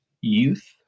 youth